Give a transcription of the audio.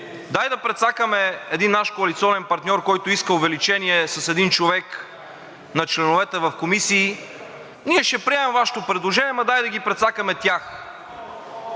дай да прецакаме един наш коалиционен партньор, който иска увеличение с един човек на членовете в комисии, ние ще приемем Вашето предложение, ама дай да ги прецакаме тях.“